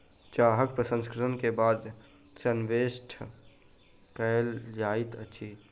चाहक प्रसंस्करण के बाद संवेष्टन कयल जाइत अछि